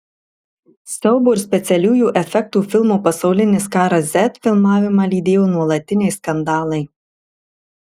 siaubo ir specialiųjų efektų filmo pasaulinis karas z filmavimą lydėjo nuolatiniai skandalai